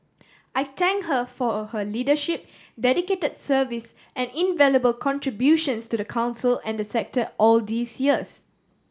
I thank her for her leadership dedicate service and invaluable contributions to the Council and the sector all these years